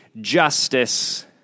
justice